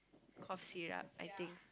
cough syrup I think